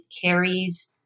carries